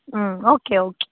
ಹ್ಞೂ okay okay